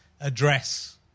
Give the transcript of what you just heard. address